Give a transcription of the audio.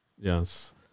Yes